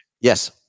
Yes